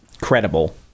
credible